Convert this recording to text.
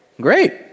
great